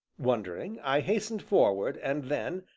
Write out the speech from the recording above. wondering, i hastened forward, and then,